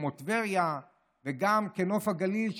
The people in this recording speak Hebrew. כמו טבריה ונוף הגליל,